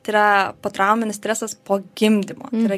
tai yra potrauminis stresas po gimdymo tai yra